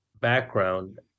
background